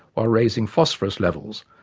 while raising phosphorus levels,